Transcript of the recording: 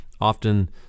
often